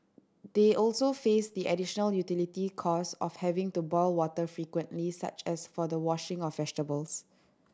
they also faced the additional utility cost of having to boil water frequently such as for the washing of vegetables